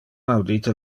audite